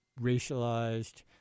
racialized